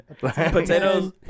potatoes